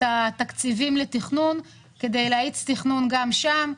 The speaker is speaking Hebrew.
התקציבים לתכנון כדי להאיץ תכנון גם שם.